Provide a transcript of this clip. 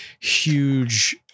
huge